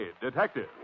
Detective